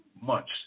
months